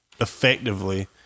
effectively